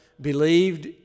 believed